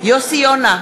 יוסי יונה,